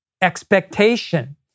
expectation